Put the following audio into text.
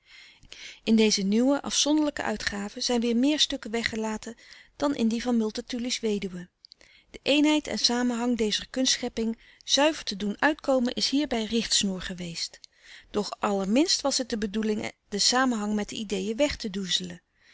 in deze nieuwe afzonderlijke uitgave zijn weer meer stukken weggelaten dan in die van multatuli's weduwe de eenheid en samenhang dezer kunstschepping zuiver te doen uitkomen is hierbij richtsnoer geweest doch allerminst was het de bedoeling den samenhang met de ideen weg te